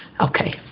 Okay